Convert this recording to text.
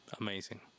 amazing